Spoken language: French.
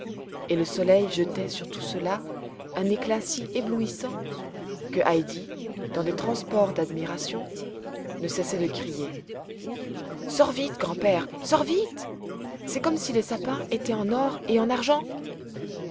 et le soleil jetait sur tout cela un éclat si éblouissant que heidi dans des transports d'admiration ne cessait de crier sors vite grand-père sors vite c'est comme si les sapins étaient en or et en argent